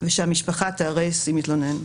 ושהמשפחה תיהרס אם אתלונן.